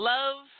Love